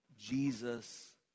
Jesus